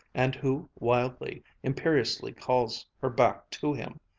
and who wildly, imperiously calls her back to him.